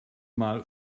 mal